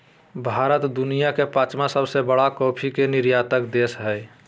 भारत दुनिया के पांचवां सबसे बड़ा कॉफ़ी के निर्यातक देश हइ